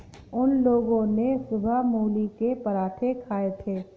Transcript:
उन लोगो ने सुबह मूली के पराठे खाए थे